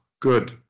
Good